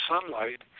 sunlight